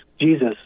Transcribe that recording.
Jesus